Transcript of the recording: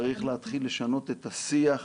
צריך להתחיל לשנות את השיח.